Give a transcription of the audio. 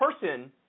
person